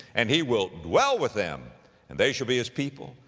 and he will dwell with them, and they shall be his people,